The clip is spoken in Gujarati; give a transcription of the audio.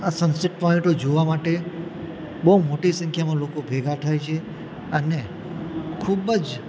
આ સનસેટ પોઈન્ટો જોવા માટે બહુ મોટી સંખ્યામાં લોકો ભેગા થાય છે અને ખૂબ જ